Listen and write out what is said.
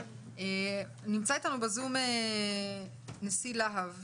נמצא איתנו בזום נשיא להב,